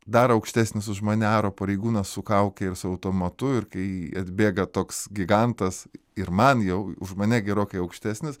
dar aukštesnis už mane aro pareigūnas su kauke ir su automatu ir kai atbėga toks gigantas ir man jau už mane gerokai aukštesnis